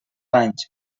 anys